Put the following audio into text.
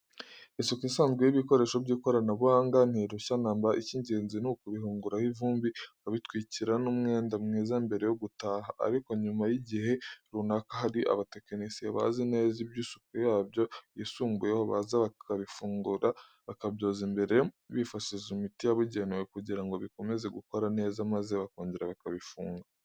Isuku isanzwe y'ibikoresho by'ikoranabuhanga ntirushya na mba, icy'ingenzi ni ukubihunguraho ivumbi, ukabitwikira n'umwenda mwiza mbere yo gutaha; ariko nyuma y'igihe runaka hari abatekinisiye bazi neza iby' isuku yabyo yisumbuyeho, baza bakabifungura, bakabyoza imbere bifashishije imiti yabugenewe kugirango bikomeze gukora neza, maze bakongera bakabifunga.